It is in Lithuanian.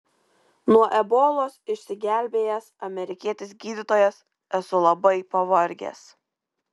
nuo ebolos išsigelbėjęs amerikietis gydytojas esu labai pavargęs